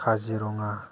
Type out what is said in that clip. Kaziranga